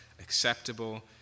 acceptable